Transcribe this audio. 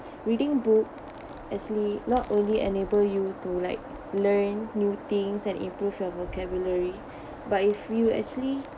reading book actually not only enable you to like learn new things and improve your vocabulary but if you actually